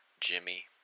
Jimmy